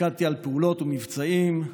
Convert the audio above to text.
פיקדתי על פעולות ומבצעים,